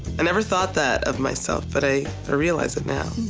i never thought that of myself, but i ah realize it now.